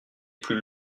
plus